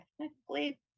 technically